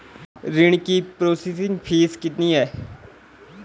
ऋण की processing fee कितनी है?